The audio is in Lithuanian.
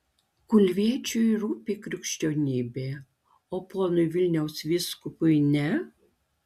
kulviečiui rūpi krikščionybė o ponui vilniaus vyskupui ne